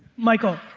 michael,